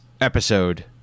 episode